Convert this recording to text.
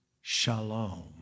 shalom